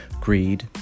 greed